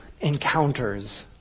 encounters